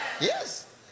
Yes